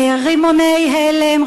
רימוני הלם,